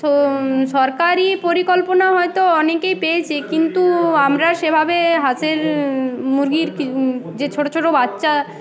so সরকারি পরিকল্পনা হয়তো অনেকেই পেয়েছে কিন্তু আমরা সেভাবে হাঁসের মুরগির যে ছোটো ছোটো বাচ্চা